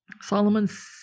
Solomon's